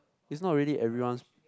it's not really everyone's